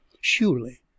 Surely